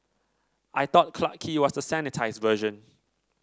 I thought Clarke Quay was the sanitised version